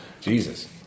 Jesus